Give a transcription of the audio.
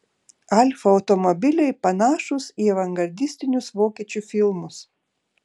alfa automobiliai panašūs į avangardistinius vokiečių filmus